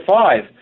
five